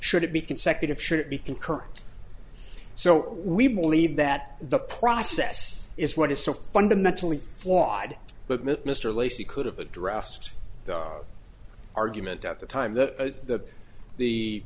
should it be consecutive should it be concurrent so we believe that the process is what is so fundamentally flawed but mr lacy could have addressed the argument at the time that the